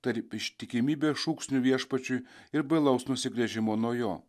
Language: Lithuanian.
tarp ištikimybės šūksnių viešpačiui ir bailaus nusigręžimo nuo jo